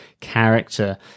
character